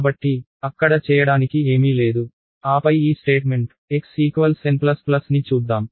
కాబట్టి అక్కడ చేయడానికి ఏమీ లేదు ఆపై ఈ స్టేట్మెంట్ x n ని చూద్దాం